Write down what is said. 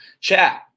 Chat